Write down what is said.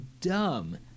dumb